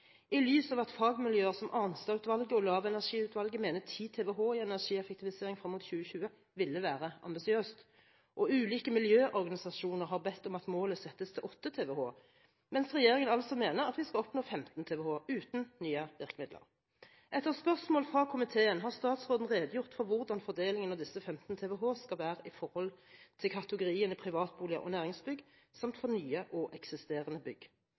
i lys av at fagmiljøer som Arnstad-utvalget og Lavenergiutvalget mener 10 TWh i energieffektivisering frem mot 2020 ville være ambisiøst. Ulike miljøorganisasjoner har bedt om at målet settes til 8 TWh – mens regjeringen altså mener at vi skal oppnå 15 TWh uten nye virkemidler. Etter spørsmål fra komiteen har statsråden redegjort for hvordan fordelingen av disse 15 TWh skal være for kategoriene privatboliger og næringsbygg samt for nye og eksisterende bygg.